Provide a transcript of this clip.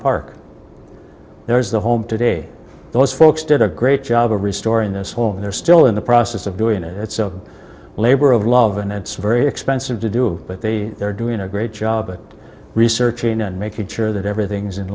park there is the home today those folks did a great job of restoring this home and they're still in the process of doing it it's a labor of love and it's very expensive to do but they are doing a great job of researching and making sure that everything is in